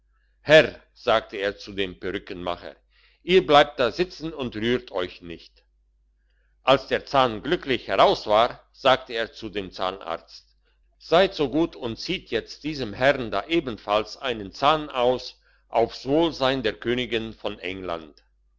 herr sagt er zu dem perückenmacher ihr bleibt da sitzen und rührt euch nicht als der zahn glücklich heraus war sagte er zu dem zahnarzt seid so gut und zieht jetzt diesem herrn da ebenfalls einen zahn aus aufs wohlsein der königin von england